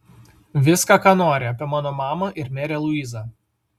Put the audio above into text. viską ką nori apie mano mamą ir merę luizą